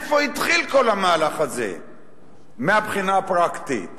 מאיפה התחיל כל המהלך הזה מהבחינה הפרקטית?